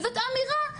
וזו אמירה,